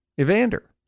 evander